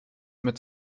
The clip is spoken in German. mit